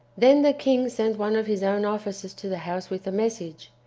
then the king sent one of his own officers to the house with a message.